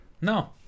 No